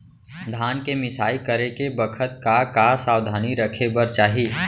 धान के मिसाई करे के बखत का का सावधानी रखें बर चाही?